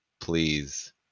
please